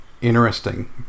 interesting